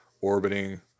orbiting